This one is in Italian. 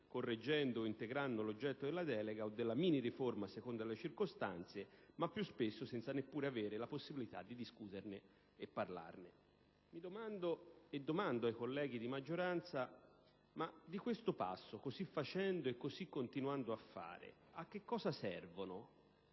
correggendo o integrando l'oggetto della delega o della mini-riforma, a seconda delle circostanze, ma più spesso non hanno neppure la possibilità di discuterne e parlarne. Mi domando, e domando ai colleghi di maggioranza: ma di questo passo, così facendo e così continuando a fare, a che cosa servono